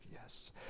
yes